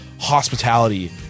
hospitality